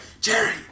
Jerry